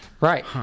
right